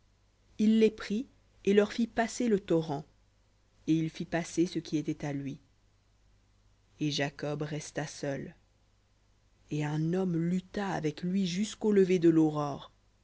il les prit et leur fit passer le torrent et il fit passer ce qui était à lui et jacob resta seul et un homme lutta avec lui jusqu'au lever de l'aurore